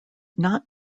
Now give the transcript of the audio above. not